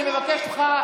אני מבקשת אותך,